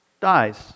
dies